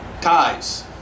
ties